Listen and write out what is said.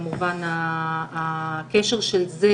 שכמובן הקשר של זה